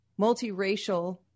multiracial